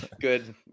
Good